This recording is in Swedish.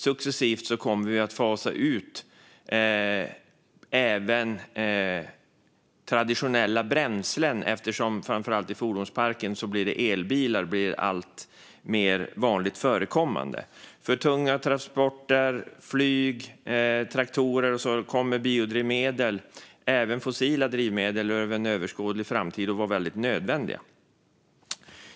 Successivt kommer vi ju att fasa ut även traditionella bränslen, eftersom elbilar blir alltmer vanligt förekommande i fordonsparken. För tunga transporter, flyg och traktorer kommer biodrivmedel och även fossila drivmedel under en överskådlig framtid att vara väldigt nödvändiga.